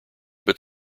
but